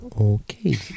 Okay